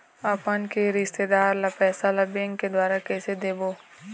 अपन के रिश्तेदार ला पैसा ला बैंक के द्वारा कैसे देबो?